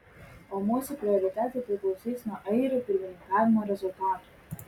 o mūsų prioritetai priklausys nuo airių pirmininkavimo rezultatų